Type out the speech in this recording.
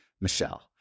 Michelle